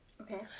Okay